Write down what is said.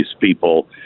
people